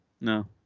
No